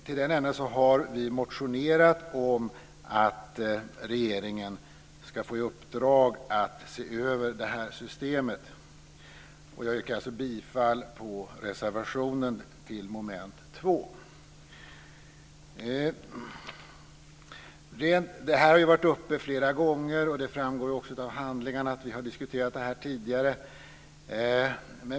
Till den ändan har vi motionerat om att regeringen ska få i uppdrag att se över det här systemet. Jag yrkar alltså bifall till reservationen under mom. 2. Det här har varit uppe flera gånger, och det framgår också av handlingarna att vi har diskuterat det tidigare.